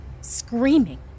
screaming